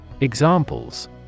Examples